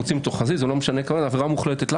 אני אומר שעל השלכת חפץ זה לא מתאים לעבירה מינהלית.